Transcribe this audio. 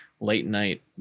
late-night